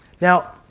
Now